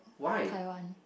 Taiwan